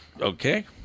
Okay